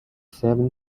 seven